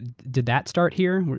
did that start here?